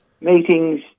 meetings